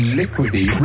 liquidy